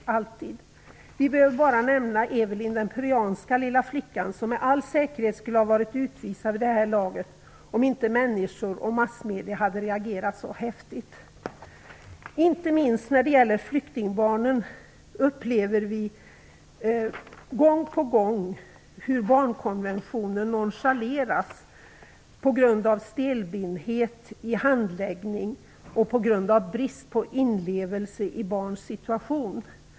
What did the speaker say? Vi behöver bara nämna Evelyn, den peruanska lilla flickan, som med all säkerhet skulle ha varit utvisad vid det här laget om inte människor och massmedierna hade reagerat så häftigt. Inte minst när det gäller flyktingbarnen upplever vi gång på gång hur barnkonventionen nonchaleras på grund av stelbenthet i handläggning och brist på inlevelse i barns situation.